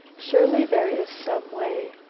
surely, there is some way!